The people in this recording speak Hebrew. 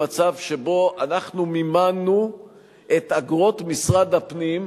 למצב שבו אנחנו מימנו את אגרות משרד הפנים,